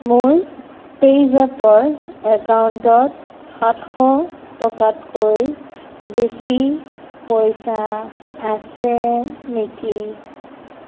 মোৰ পে'জেপৰ একাউণ্টত সাতশ টকাতকৈ বেছি পইচা আছে নেকি